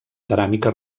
ceràmica